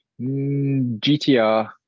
GTR